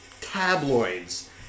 tabloids